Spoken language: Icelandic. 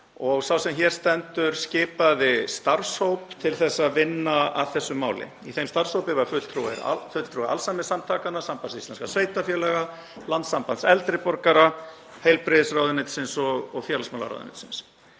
og sá sem hér stendur skipaði starfshóp til að vinna að þessu máli. Í þeim starfshópi var fulltrúi Alzheimersamtakanna, Sambands íslenskra sveitarfélaga, Landssambands eldri borgara, heilbrigðisráðuneytisins og félagsmálaráðuneytisins.